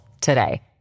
today